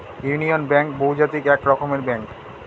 union bank বহুজাতিক এক রকমের ব্যাঙ্ক